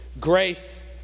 grace